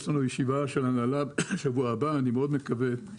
יש לנו ישיבה של ההנהלה בשבוע הבא, אני מקווה מאוד